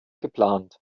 geplant